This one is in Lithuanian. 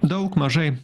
daug mažai